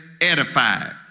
edified